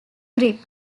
grip